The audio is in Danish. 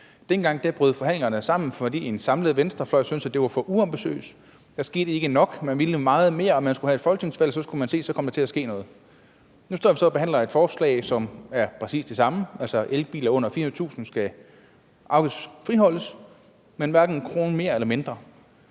Dengang brød forhandlingerne sammen, fordi en samlet venstrefløj syntes, at det var for uambitiøst, at der ikke skete nok. Man ville meget mere. Der skulle være et folketingsvalg, og så ville man se, at der kom til at ske noget. Nu står vi så og behandler et forslag, som er præcis det samme, nemlig at elbiler under 400.000 kr. skal afgiftsfriholdes – hverken 1 kr. mere eller mindre.